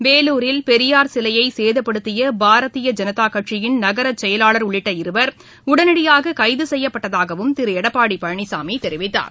வேலூரில் பெரியார் சிலையை சேதப்படுத்திய பாரதிய ஜனதா கட்சியின் நகர செயலாளர் உள்ளிட்ட இருவர் உடனடியாக கைது செய்யப்பட்டதாகவும் திரு எடப்பாடி பழனிசாமி தெரிவித்தார்